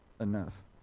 enough